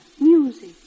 music